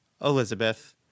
Elizabeth